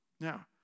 Now